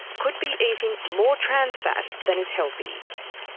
could be eating more trans fat than is healthy.